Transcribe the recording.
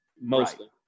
mostly